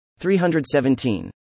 317